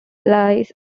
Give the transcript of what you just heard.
lies